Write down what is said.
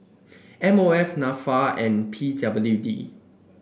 M O F NAFA and P W D